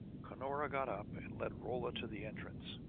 cunora got up and led rolla to the entrance.